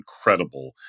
incredible